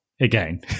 again